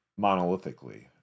monolithically